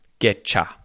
getcha